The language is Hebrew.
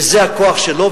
וזה הכוח שלו,